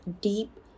deep